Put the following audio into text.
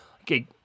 Okay